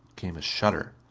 came a shudder.